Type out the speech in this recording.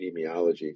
epidemiology